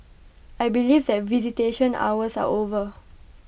I believe that visitation hours are over